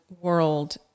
world